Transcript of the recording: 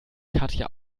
katja